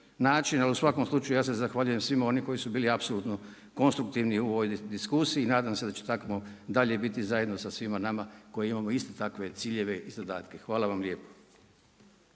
Ali u svakom slučaju ja se zahvaljujem svima onima koji su bili apsolutno konstruktivni u ovoj diskusiji i nadam se da će tako dalje biti zajedno sa svima nama koji imamo iste takve ciljeve i zadatke. Hvala vam lijepo.